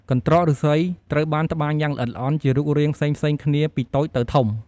កន្ត្រកឫស្សី ត្រូវបានត្បាញយ៉ាងល្អិតល្អន់ជារូបរាងផ្សេងៗគ្នា ពីតូចទៅធំ។